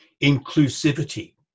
inclusivity